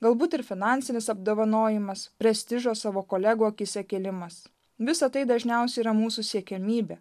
galbūt ir finansinis apdovanojimas prestižo savo kolegų akyse kėlimas visa tai dažniausiai yra mūsų siekiamybė